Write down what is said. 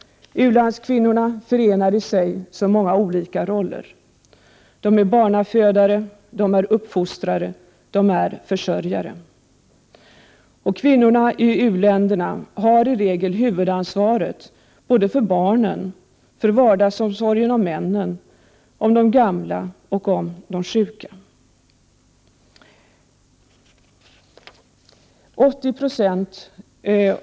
U-landskvinnorna förenar i sig så många olika roller. De är barnafödare, uppfostrare och försörjare. Kvinnorna i u-länderna har i regel huvudansvaret för barnen och för 80 20 av dem som lever i flyktingläger är kvinnor.